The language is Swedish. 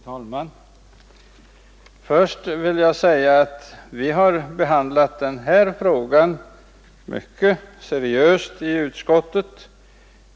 Fru talman! Först vill jag framhålla att vi har behandlat denna fråga mycket seriöst i utskottet.